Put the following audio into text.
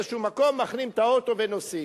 מחנים את האוטו באיזה מקום ונוסעים.